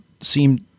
seemed